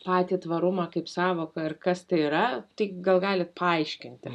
patį tvarumą kaip sąvoką ir kas tai yra tai gal galit paaiškinti